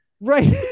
Right